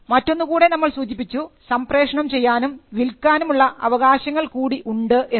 മറ്റൊന്ന് കൂടെ നമ്മൾ സൂചിപ്പിച്ചു സംപ്രേഷണം ചെയ്യാനും വിൽക്കാനും ഉള്ള അവകാശങ്ങൾ കൂടി ഉണ്ട് എന്ന്